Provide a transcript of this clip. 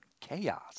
chaos